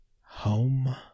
Home